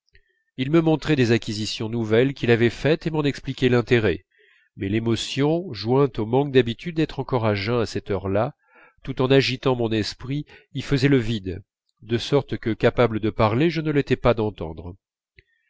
il me montrait des acquisitions nouvelles qu'il avait faites et m'en expliquait l'intérêt mais l'émotion jointe au manque d'habitude d'être encore à jeun à cette heure-là tout en agitant mon esprit y faisait le vide de sorte que capable de parler je ne l'étais pas d'entendre